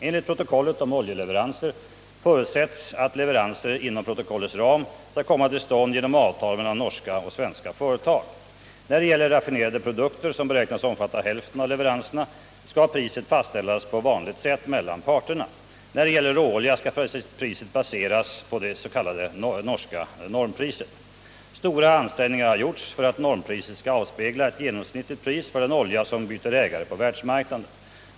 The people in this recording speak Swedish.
Enligt protokollet om oljeleveranser förutsätts att leveranser inom protokollets ram skall komma till stånd genom avtal mellan svenska och norska företag. När det gäller raffinerade produkter — som beräknas omfatta hälften av leveranserna — skall priset fastställas på vanligt sätt mellan parterna. När det gäller råolja skall priset baseras på det norska normpriset. Stora ansträngningar har gjorts för att normpriset skall avspegla ett genomsnittligt pris för den olja som byter ägare på världsmarknaden.